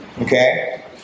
Okay